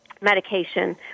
medication